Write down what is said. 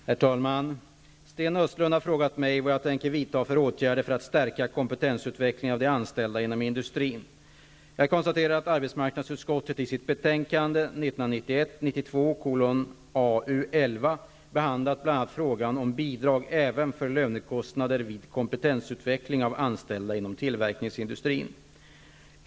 Herr talman! Sten Östlund har frågat mig vilka åtgärder jag tänker vidta för att stärka kompetensutvecklingen av de anställda inom industrin. Jag konstaterar att arbetsmarknadsutskottet i sitt betänkande 1991/92:AU11 har behandlat bl.a. frågan om bidrag även för lönekostnader vid kompetensutveckling av anställda inom tillverkningsindustrin.